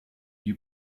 you